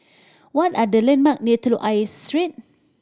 what are the landmark near Telok Ayer Street